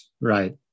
right